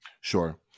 Sure